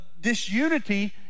disunity